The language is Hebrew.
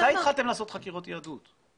מתי התחלתם לעשות חקירות יהדות?